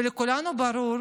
ולכולנו ברור